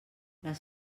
les